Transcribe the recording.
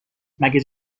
مگه